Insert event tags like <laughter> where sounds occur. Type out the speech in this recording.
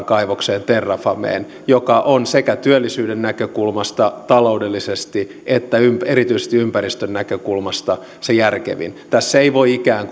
<unintelligible> kaivokseen terrafameen ratkaisun joka on sekä työllisyyden näkökulmasta taloudellisesti että erityisesti ympäristön näkökulmasta se järkevin tässä ei voi ikään <unintelligible>